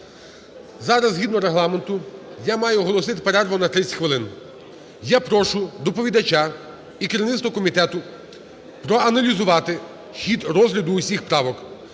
Зараз згідно Регламенту я маю оголосити перерву на 30 хвилин. Я прошу доповідача і керівництво комітету проаналізувати хід розгляду усіх правок.